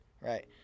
right